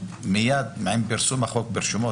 שמיד עם פרסום החוק ברשומות,